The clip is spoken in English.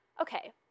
Okay